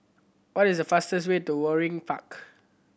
what is the fastest way to Waringin Park